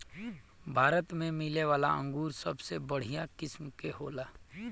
भारत में मिलेवाला अंगूर सबसे बढ़िया किस्म के होला